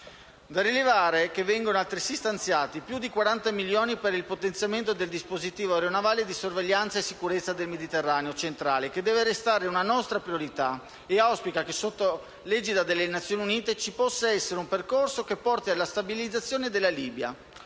da rilevare che vengono altresì stanziati più di 40 milioni per il potenziamento del dispositivo aeronavale di sorveglianza e sicurezza nel Mediterraneo centrale, che deve restare una nostra priorità, e auspico che sotto l'egida delle Nazioni Unite ci possa essere un percorso che porti alla stabilizzazione della Libia.